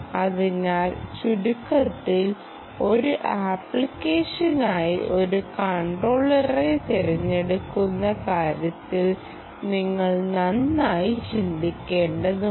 അതിനാൽ ചുരുക്കത്തിൽ ഒരു അപ്ലിക്കേഷനായി ഒരു കൺട്രോളറെ തിരഞ്ഞെടുക്കുന്ന കാര്യത്തിൽ നിങ്ങൾ നന്നായി ചിന്തിക്കേണ്ടതുണ്ട്